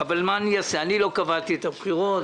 מה אני אעשה שאני לא זה שקבעתי את הבחירות.